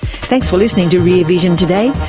thanks for listening to rear vision today.